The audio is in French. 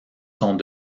sont